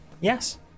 Yes